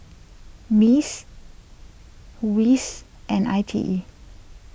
Mice Wits and I T E